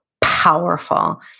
powerful